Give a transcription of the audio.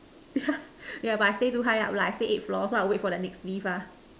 yeah but I stay too high up lah I stay eighth floor so I wait for the next lift ah